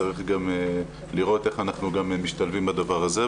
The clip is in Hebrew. צריך גם לראות איך אנחנו גם משתלבים בדבר הזה,